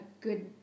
good